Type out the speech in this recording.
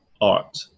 art